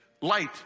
light